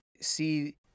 see